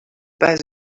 pas